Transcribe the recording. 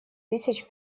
тысяч